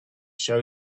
show